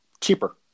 cheaper